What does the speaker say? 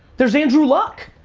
there's andrew luck.